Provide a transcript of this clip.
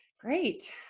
Great